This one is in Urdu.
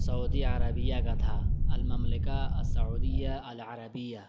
سعودیہ عربیہ کا تھا المملکۃ السعودیہ العربیہ